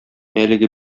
әлеге